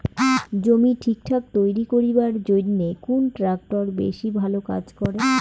জমি ঠিকঠাক তৈরি করিবার জইন্যে কুন ট্রাক্টর বেশি ভালো কাজ করে?